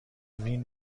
وین